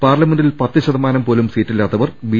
പാർലമെന്റിൽ പത്തുശതമാനം സീറ്റില്ലാത്തവർ ബി